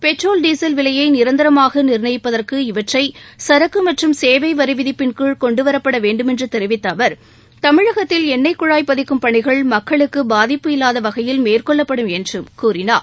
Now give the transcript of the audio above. petrol diesel விலையை நிரந்தரமாக நிர்ணயிப்பதற்கு இவற்றை சரக்கு மற்றும் சேவை வரி விதிப்பின் கீழ் கொன்டுவரப்பட வேண்டுமென்று தெரிவித்த அவர் தமிழகத்தில் எண்ணெய் குழாய் பதிக்கும் பணிகள் மக்களுக்கு பாதிப்பு இல்லாத வகையில் மேற்கொள்ளப்படும் என்று கூறினார்